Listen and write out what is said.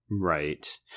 right